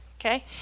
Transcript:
Okay